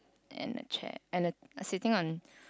and a chair and the sitting on